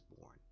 born